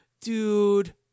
dude